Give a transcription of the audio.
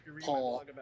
Paul